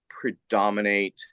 predominate